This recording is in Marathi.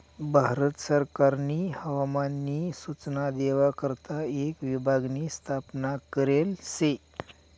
भारत सरकारनी हवामान नी सूचना देवा करता एक विभाग नी स्थापना करेल शे